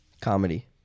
Comedy